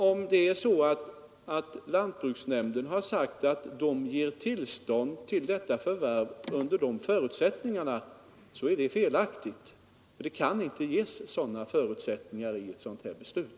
Om lantbruksnämnden har sagt att den ger tillstånd till ett förvärv under dessa förutsättningar så är det alltså felaktigt.